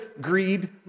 greed